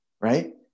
right